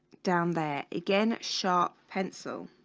down there again sharp pencil